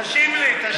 תשיב לי, תשיב לי.